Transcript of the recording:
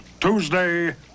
Tuesday